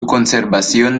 conservación